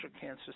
cancer